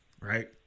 right